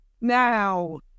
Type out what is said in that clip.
Now